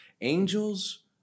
Angels